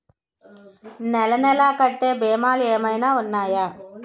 నెల నెల కట్టే భీమాలు ఏమైనా ఉన్నాయా?